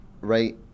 right